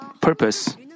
purpose